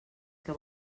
que